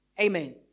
Amen